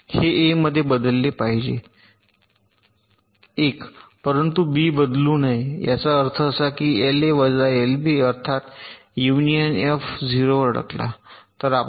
हे ए मध्ये बदलले पाहिजे 1 परंतु बी बदलू नये याचा अर्थ असा की एलए वजा एलबी अर्थात युनियन एफ 0 वर अडकला